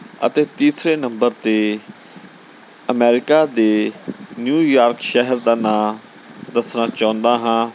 ਅਤੇ ਤੀਸਰੇ ਨੰਬਰ 'ਤੇ ਅਮੈਰੀਕਾ ਦੇ ਨਿਊਯਾਰਕ ਸ਼ਹਿਰ ਦਾ ਨਾਂ ਦੱਸਣਾ ਚਾਹੁੰਦਾ ਹਾਂ